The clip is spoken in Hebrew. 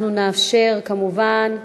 אנחנו נאפשר, כמובן,